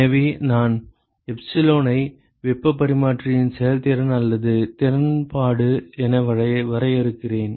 எனவே நான் எப்சிலானை வெப்பப் பரிமாற்றியின் செயல்திறன் அல்லது திறன்பாடு என வரையறுக்கிறேன்